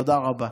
תודה רבה.